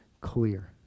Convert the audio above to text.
clear